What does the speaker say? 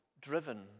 driven